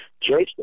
Jason